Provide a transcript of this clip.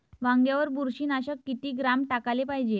वांग्यावर बुरशी नाशक किती ग्राम टाकाले पायजे?